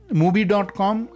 movie.com